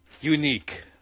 unique